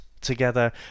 together